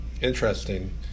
interesting